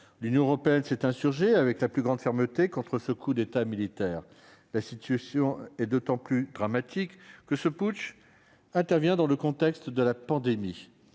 L'Union européenne s'est insurgée avec la plus grande fermeté contre ce coup d'État militaire. La situation est d'autant plus dramatique que ce putsch intervient dans le contexte de la pandémie.